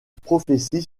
prophétie